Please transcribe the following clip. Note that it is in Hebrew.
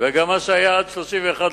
וגם לעניין מה שהיה עד 31 במרס,